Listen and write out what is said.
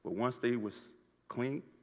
once they was clean,